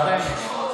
נמצא.